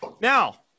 Now